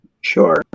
Sure